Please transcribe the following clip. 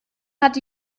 hat